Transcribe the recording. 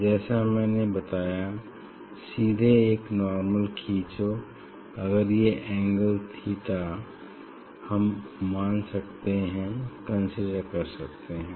जैसा मैंने बताया सीधे एक नार्मल खींचो अगर ये एंगल थीटा हम मान सकते हैं कंसीडर कर सकते हैं